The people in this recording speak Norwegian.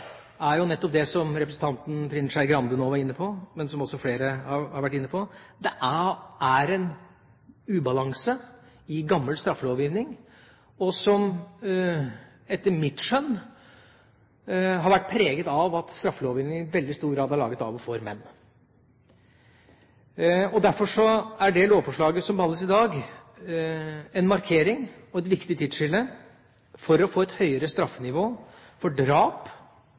tar jo både grep for hevet strafferamme for mange viktige lovbrudd, og man sender veldig tydelige signaler, noe som flere representanter også i forrige stortingsperiode, bl.a. stortingsrepresentant Ellingsen fra Fremskrittspartiet, pekte på som en god metodikk. Et av grunnlagene for å gjøre dette er nettopp det som representanten Trine Skei Grande nå var inne på, men som også flere har vært inne på: Det er en ubalanse i gammel straffelovgivning, som etter mitt skjønn har vært preget av at straffeloven i veldig stor grad